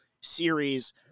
series